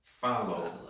follow